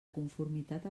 conformitat